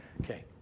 Okay